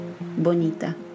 bonita